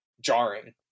jarring